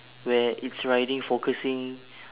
where it's riding focusing